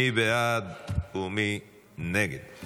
מי בעד ומי נגד?